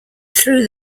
through